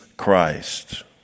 Christ